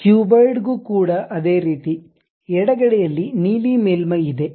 cuboid ಗೂ ಕೂಡ ಅದೇ ರೀತಿ ಎಡಗಡೆಯಲ್ಲಿ ನೀಲಿ ಮೇಲ್ಮೈ ಇದೆ